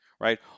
right